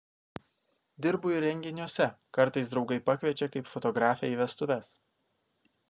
dirbu ir renginiuose kartais draugai pakviečia kaip fotografę į vestuves